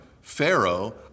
Pharaoh